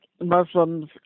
Muslims